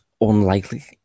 unlikely